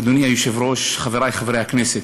אדוני היושב-ראש, חברי חברי הכנסת,